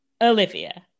Olivia